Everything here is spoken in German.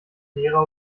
lehrer